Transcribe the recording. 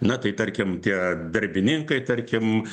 na tai tarkim tie darbininkai tarkim